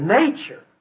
nature